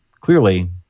clearly